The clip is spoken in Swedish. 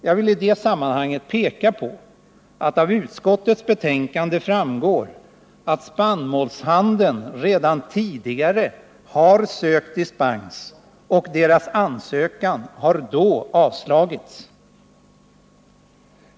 Jag villi detta sammanhang påpeka att det av utskottsbetänkandet framgår att spannmålshandlarna redan tidigare ansökt om dispens och att deras ansökan då avstyrkts.